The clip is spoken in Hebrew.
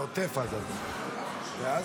בעוטף עזה, אדוני.